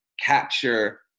capture